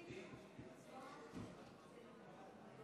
כנסת בעד,